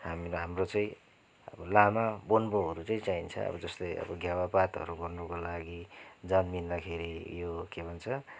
हाम्रो हाम्रो चाहिँ अब लामा बोन्बोहरू चाहिँ चाहिन्छ अब जस्तै अब घेवापातहरू गर्नुको लागि जन्मिँदाखेरि यो के भन्छ